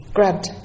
Grabbed